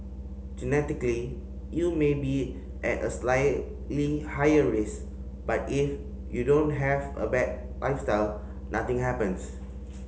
genetically you may be at a slightly higher risk but if you don't have a bad lifestyle nothing happens